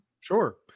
Sure